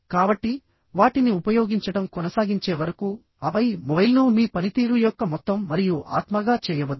కాబట్టి వాటిని ఉపయోగించడం కొనసాగించే వరకు ఆపై మొబైల్ను మీ పనితీరు యొక్క మొత్తం మరియు ఆత్మగా చేయవద్దు